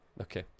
Okay